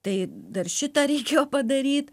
tai dar šitą reikėjo padaryt